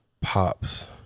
pops